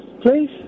please